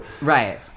Right